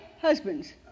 husbands